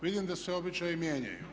Vidim da se običaji mijenjaju.